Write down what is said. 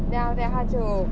then after that 他就